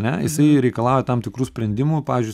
ane jisai reikalauja tam tikrų sprendimų pavyzdžiui